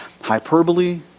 hyperbole